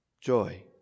Joy